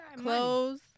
clothes